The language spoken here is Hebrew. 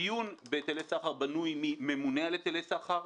הדיון בהיטלי סחר בנוי מממונה על היטלי סחר,